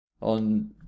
on